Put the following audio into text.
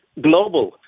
global